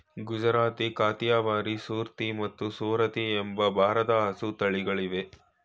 ಗುಜರಾತಿ, ಕಾಥಿಯವಾರಿ, ಸೂರ್ತಿ ಮತ್ತು ಸುರತಿ ಎಂಬ ಭಾರದ ಹಸು ತಳಿಗಳಿವೆ